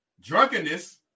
Drunkenness